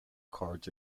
cards